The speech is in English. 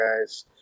guys